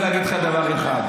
ואני רוצה להגיד לך דבר אחד.